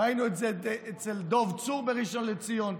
ראינו את זה אצל דב צור בראשון לציון,